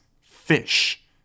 fish